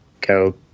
go